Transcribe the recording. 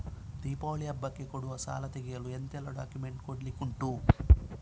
ದೀಪಾವಳಿ ಹಬ್ಬಕ್ಕೆ ಕೊಡುವ ಸಾಲ ತೆಗೆಯಲು ಎಂತೆಲ್ಲಾ ಡಾಕ್ಯುಮೆಂಟ್ಸ್ ಕೊಡ್ಲಿಕುಂಟು?